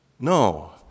No